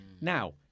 Now